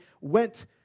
went